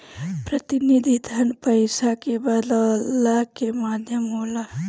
प्रतिनिधि धन पईसा के बदलला के माध्यम होला